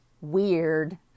weird